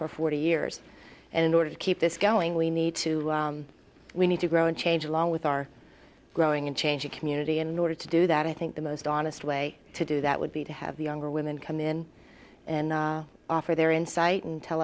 for forty years and in order to keep this going we need to we need to grow and change along with our growing and changing community and in order to do that i think the most honest way to do that would be to have the younger women come in and offer their insight and tell